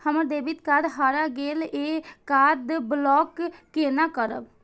हमर debit card हरा गेल ये कार्ड ब्लॉक केना करब?